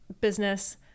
business